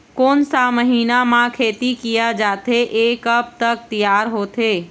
कोन सा महीना मा खेती किया जाथे ये कब तक तियार होथे?